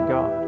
God